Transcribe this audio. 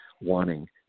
wanting